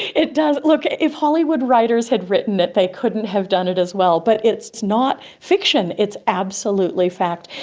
it does. look, if hollywood writers had written it they couldn't have done it as well, but it's not fiction, it's absolutely fact.